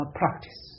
practice